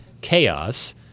chaos